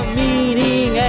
meaning